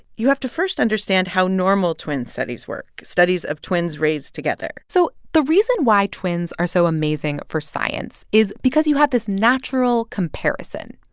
you have to first understand how normal twin studies work, studies of twins raised together so the reason why twins are so amazing for science is because you have this natural comparison.